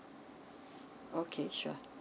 okay sure